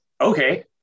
okay